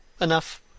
enough